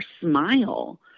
smile